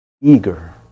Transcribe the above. eager